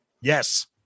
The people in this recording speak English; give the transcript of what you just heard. Yes